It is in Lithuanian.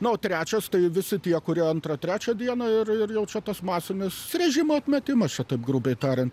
na o trečias tai visi tie kurie antrą trečią dieną ir ir jau čia tuos masinius režimo atmetimas čia taip grubiai tariant